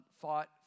Fought